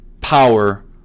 power